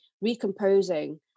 recomposing